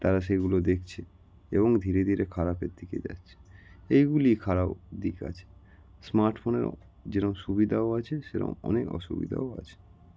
তারা সেগুলো দেখছে এবং ধীরে ধীরে খারাপের দিকে যাচ্ছে এইগুলি খারাপ দিক আছে স্মার্ট ফোনেরও যেরম সুবিধাও আছে সেরম অনেক অসুবিধাও আছে